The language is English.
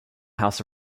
house